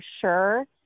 sure